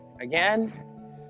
again